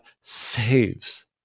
saves